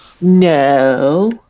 No